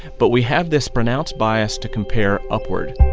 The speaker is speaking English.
but we have this pronounced bias to compare upward